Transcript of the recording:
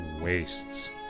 wastes